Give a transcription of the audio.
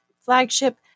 flagship